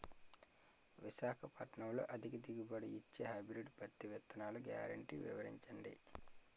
విశాఖపట్నంలో అధిక దిగుబడి ఇచ్చే హైబ్రిడ్ పత్తి విత్తనాలు గ్యారంటీ వివరించండి?